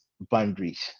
boundaries